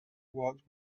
walked